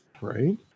Right